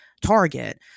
target